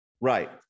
Right